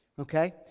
Okay